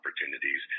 opportunities